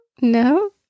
No